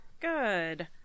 Good